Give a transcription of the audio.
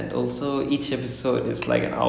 oh so you know what happens already lah